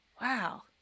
Wow